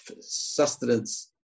sustenance